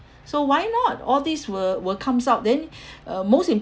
so why not all these will will comes out then uh most